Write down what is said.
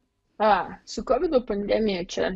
a su kovido pandemija čia